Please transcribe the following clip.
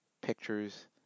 pictures